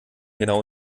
genau